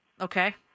Okay